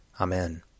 Amen